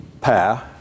pair